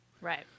Right